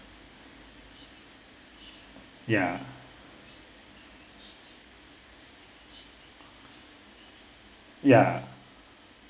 ya ya